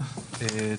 טוב.